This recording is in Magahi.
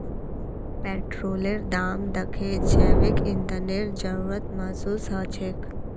पेट्रोलेर दाम दखे जैविक ईंधनेर जरूरत महसूस ह छेक